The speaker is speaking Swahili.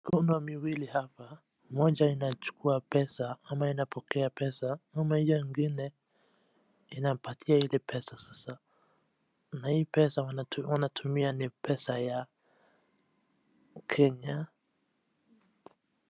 Mikono miwili hapa. Moja inachukua pesa ama inapokea pesa, ama hio ingine inapatia ile pesa sasa, na hii pesa wanatumia ni pesa ya Kenya.